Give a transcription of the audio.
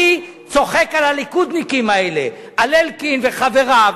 אני צוחק על הליכודניקים האלה, על אלקין וחבריו,